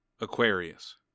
Aquarius